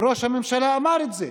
וראש הממשלה אמר את זה: